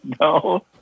no